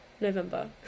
November